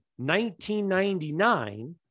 1999